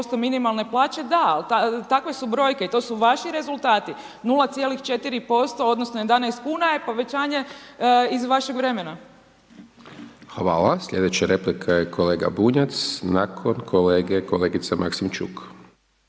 minimalne plaće, da, ali takve su brojke, to su vaši rezultati, 0,4% odnosno 11 kuna je povećanje iz vašeg vremena. **Hajdaš Dončić, Siniša (SDP)** Hvala, slijedeća replika je kolega Bunjac, nakon kolege kolegica Maksimčuk.